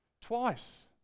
twice